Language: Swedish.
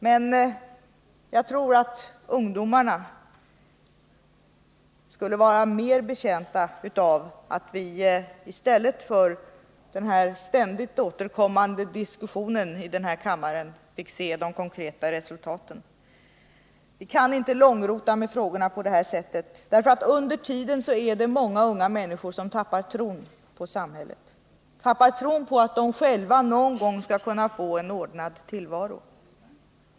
Men jag tror att ungdomarna skulle vara mer betjänta av att vi i stället för den här ständigt återkommande diskussionen i den här kammaren fick se de konkreta resultaten. Vi kan inte långrota med frågorna på det här sättet, därför att under tiden är det många unga människor som tappar tron på samhället, tappar tron på att de själva någon gång skall kunna få en ordnad tillvaro.